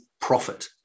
profit